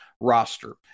roster